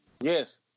Yes